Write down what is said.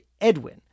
Edwin